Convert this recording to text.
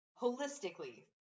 holistically